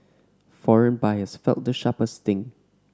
foreign buyers felt the sharpest sting